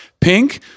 Pink